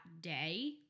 day